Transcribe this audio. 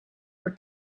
for